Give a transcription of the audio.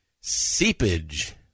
seepage